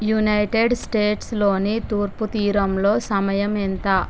United స్టేట్స్లోని తూర్పు తీరంలో సమయం ఎంత